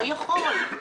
לא יכול.